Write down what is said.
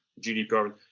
GDPR